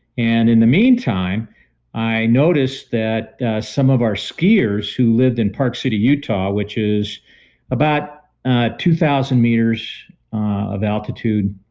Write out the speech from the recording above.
and in the meantime i noticed that some of our skiers who lived in park city, utah which is about two thousand meters of altitude,